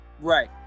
Right